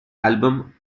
album